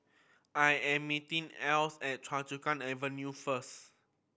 I am meeting Eloise at Choa Chu Kang Avenue first